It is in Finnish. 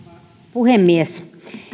puhemies